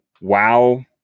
wow